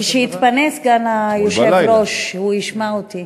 כשיתפנה סגן היושב-ראש הוא ישמע אותי.